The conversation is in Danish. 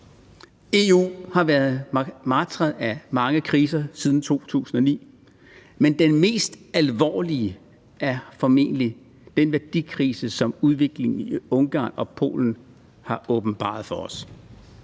EU har været martret af mange kriser siden 2009, men den mest alvorlige er formentlig den værdikrise, som udviklingen i Ungarn og Polen har åbenbaret for os.